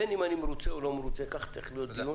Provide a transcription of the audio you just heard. בין אם אני מרוצה, כן או לא, כך צריך להתנהל דיון.